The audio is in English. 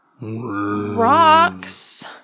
rocks